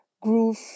groove